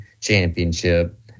Championship